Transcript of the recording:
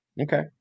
Okay